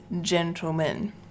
gentlemen